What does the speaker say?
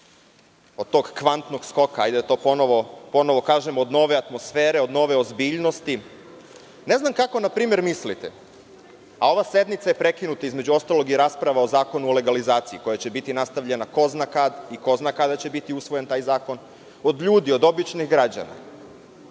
od tog kvantnog skoka, hajde da to ponovo kažem, od nove atmosfere, nove ozbiljnosti. Ne znam kako, na primer, mislite. Ova sednica je prekinuta, između ostalog i rasprava o zakonu o legalizaciji, koja će biti nastavljena ko zna kad i ko zna kada će biti usvojen taj zakon, od ljudi, od običnih građana